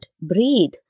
breathe